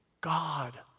God